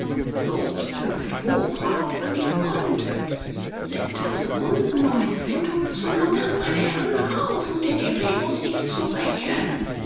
jobst hüpfte hoch auf an die front sind das wunden um in windhuk zu lungern meine herren auf um den hererosieg zu rächen